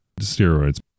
steroids